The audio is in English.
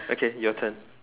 okay your turn